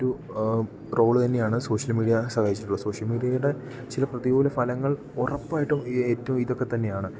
ഒരു റോള് തന്നെയാണ് social media സഹായിച്ചിട്ടുള്ളത് സോഷ്യൽ മീഡിയയുടെ ചില പ്രതികൂല ഫലങ്ങൾ ഉറപ്പായിട്ടും ഏറ്റവും ഇതൊക്കെ തന്നെയാണ്